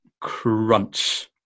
crunch